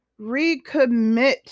recommit